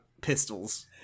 pistols